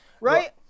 right